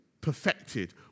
perfected